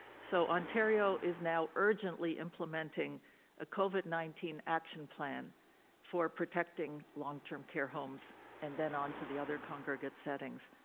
so ontario is now urgently implementing a covid nineteen action plan for protecting long-term care homes and then on to the other congregate settings.